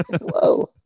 Whoa